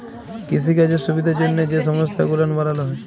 কিসিকাজের সুবিধার জ্যনহে যে সংস্থা গুলান বালালো হ্যয়